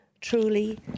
truly